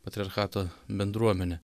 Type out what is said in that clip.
patriarchato bendruomenė